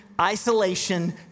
isolation